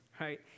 right